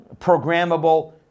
programmable